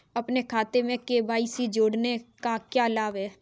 अपने खाते में के.वाई.सी जोड़ने का क्या लाभ है?